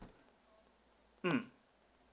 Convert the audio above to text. mm